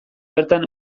bertan